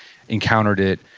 encountered it.